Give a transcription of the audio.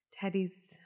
Teddy's